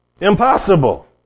Impossible